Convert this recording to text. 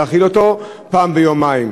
להאכיל אותו פעם ביומיים.